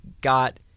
got